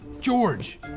George